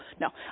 no